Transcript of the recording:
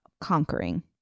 conquering